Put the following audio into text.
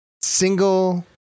single